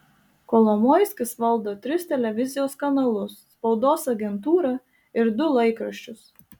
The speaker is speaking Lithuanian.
kolomoiskis valdo tris televizijos kanalus spaudos agentūrą ir du laikraščius